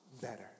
better